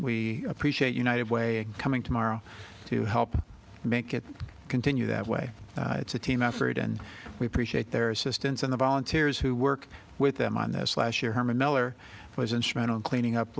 we appreciate united way coming tomorrow to help make it continue that way it's a team effort and we appreciate their assistance in the volunteers who work with them on this last year herman miller was instrumental in cleaning up